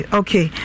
okay